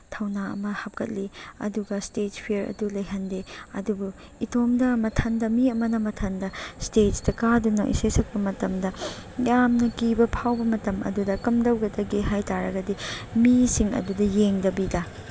ꯊꯧꯅꯥ ꯑꯃ ꯍꯥꯞꯀꯠꯂꯤ ꯑꯗꯨꯒ ꯏꯁꯇꯦꯖ ꯐꯤꯌꯔ ꯑꯗꯨ ꯂꯩꯍꯟꯗꯦ ꯑꯗꯨꯕꯨ ꯏꯇꯣꯝꯇ ꯃꯊꯟꯗ ꯃꯤ ꯑꯃꯅ ꯃꯊꯟꯗ ꯏꯁꯇꯦꯖꯇ ꯀꯥꯗꯨꯅ ꯏꯁꯩ ꯁꯛꯄ ꯃꯇꯝꯗ ꯌꯥꯝꯅ ꯀꯤꯕ ꯐꯥꯎꯕ ꯃꯇꯝ ꯑꯗꯨꯗ ꯀꯝꯗꯧꯒꯗꯒꯦ ꯍꯥꯏ ꯇꯥꯔꯒꯗꯤ ꯃꯤꯁꯤꯡ ꯑꯗꯨꯗ ꯌꯦꯡꯗꯕꯤꯗ